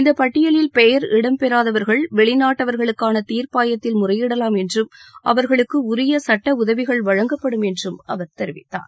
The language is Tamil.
இந்தப் பட்டியலில் பெயர் இடம் பெறாதவர்கள் வெளிநாட்டவர்களுக்கான தீர்ப்பாயத்தில் முறையிடலாம் என்றும் அவர்களுக்கு உரிய சட்ட உதவி வழங்கப்படும் என்றும் அவர் தெரிவித்தார்